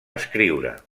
escriure